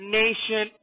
nation